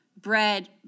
bread